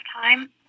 time